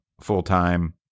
full-time